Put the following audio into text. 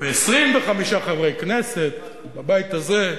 25 חברי כנסת בבית הזה,